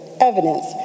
evidence